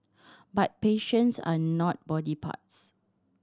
but patients are not body parts